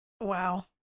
wow